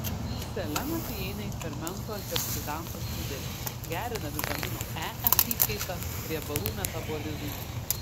selenas įeina į fermentų antioksidantų sudėtį gerina vitamino e apykaitą riebalų metabolizmą